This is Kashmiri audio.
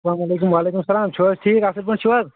اسلام علیکُم وعلیکُم سلام تُہۍ چھِو حظ ٹھیٖک اَصٕل پٲٹھۍ چھِو حظ